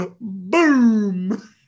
Boom